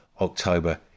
October